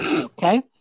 Okay